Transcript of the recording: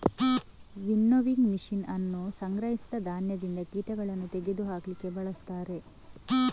winnowing machine ಅನ್ನು ಸಂಗ್ರಹಿಸಿದ ಧಾನ್ಯದಿಂದ ಕೀಟಗಳನ್ನು ತೆಗೆದು ಹಾಕ್ಲಿಕ್ಕೆ ಬಳಸ್ತಾರೆ